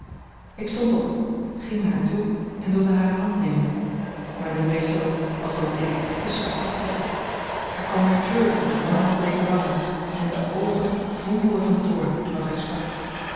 ik stond op ging naar haar toe en wilde hare hand nemen maar nu rees zij op als door een electrieken schok getroffen er kwam weer kleur op de marmerbleeke wangen en de oogen vonkelden van toorn terwijl zij sprak